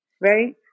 Right